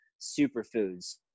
Superfoods